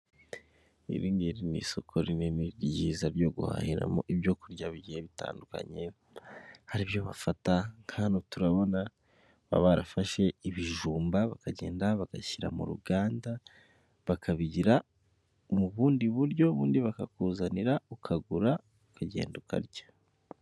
Iringiri ni isoko rinini ryiza ryo guhahiramo ibyo kurya bigiye bitandukanye, hari ibyo bafata nka hano turabona baba barafashe ibijumba bakagenda bagashyira mu ruganda bakabigira mu bundi buryo ubundi bakakuzanira ukagura ukagenda ukarya.